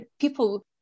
people